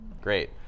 Great